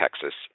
Texas